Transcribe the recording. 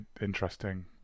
interesting